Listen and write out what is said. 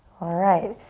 alright,